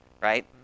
Right